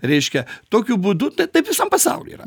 reiškia tokiu būdu tai taip visam pasauly yra